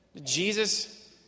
Jesus